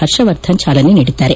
ಪರ್ಷವರ್ಧನ್ ಚಾಲನೆ ನೀಡಿದ್ದಾರೆ